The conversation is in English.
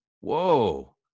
Whoa